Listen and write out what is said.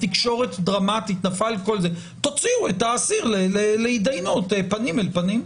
תקשורת דרמטית - תוציאו את האסיר להידיינות פנים אל פנים.